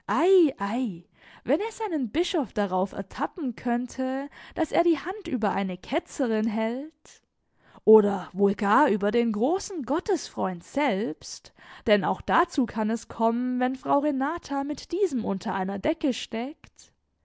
ei wenn er seinen bischof darauf ertappen könnte daß er die hand über eine ketzerin hält oder wohl gar über den großen gottesfreund selbst denn auch dazu kann es kommen wenn frau renata mit diesem unter einer decke steckt